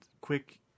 quick